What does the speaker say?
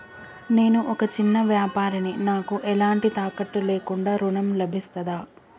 నేను ఒక చిన్న వ్యాపారిని నాకు ఎలాంటి తాకట్టు లేకుండా ఋణం లభిస్తదా?